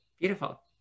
Beautiful